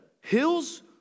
hills